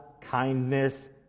kindness